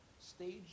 stage